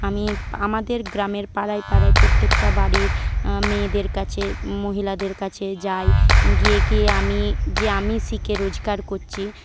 আমি আমাদের গ্রামের পাড়ায় পাড়ায় প্রত্যেকটা বাড়ির মেয়েদের কাছে মহিলাদের কাছে যাই গিয়ে গিয়ে আমি যে আমি শিখে রোজগার করছি